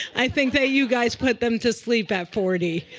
i think that you guys put them to sleep at forty.